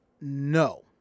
No